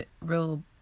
real